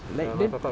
like then